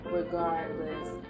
regardless